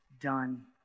done